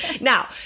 Now